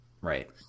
Right